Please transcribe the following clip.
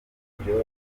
uburyohe